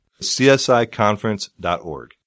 CSIConference.org